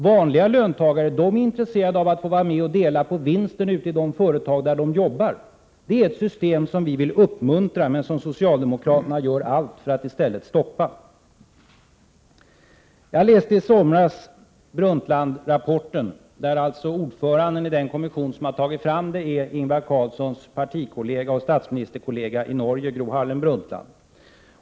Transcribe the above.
Vanliga löntagare är intresserade av att få vara med och dela på vinsten i de företag där de jobbar. Det är ett system som vi vill uppmuntra men som socialdemokraterna gör allt för att i stället stoppa. Jag läste i somras Brundtlandrapporten. Ordföranden i den kommission som har tagit fram rapporten är Ingvar Carlssons partioch statsministerkollega Gro Harlem Brundtland.